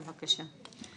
בבקשה.